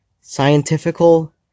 scientifical